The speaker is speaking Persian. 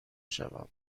شوم